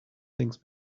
things